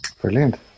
Brilliant